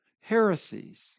heresies